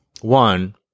One